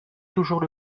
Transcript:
toujours